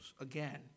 again